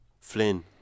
Flynn